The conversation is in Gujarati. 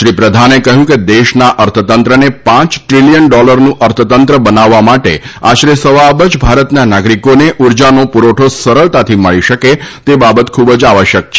શ્રી પ્રધાને કહ્યું કે દેશના અર્થતંત્રને પાંચ ટ્રીલીયન ડોલરનું અર્થતંત્ર બનાવવા માટે આશરે સવા અબજ ભારતના નાગરીકોને ઉર્જાનો પુરવઠો સરળતાથી મળી શકે તે બાબત ખુબ જ આવશ્યક છે